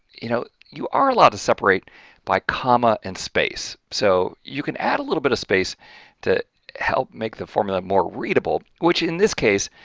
you know, you are allowed to separate by comma and space. so you can add a little bit of space to help make the formula more readable, which in this case,